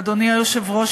אדוני היושב-ראש,